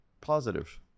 positive